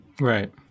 Right